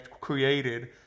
created